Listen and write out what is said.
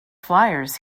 flyers